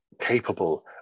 capable